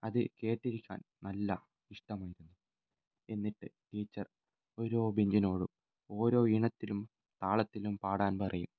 അത് കേട്ടിരിക്കാൻ നല്ല ഇഷ്ടമായിരുന്നു എന്നിട്ട് ടീച്ചർ ഓരോ ബെഞ്ചിനോടും ഓരോ ഈണത്തിലും താളത്തിലും പാടാൻ പറയും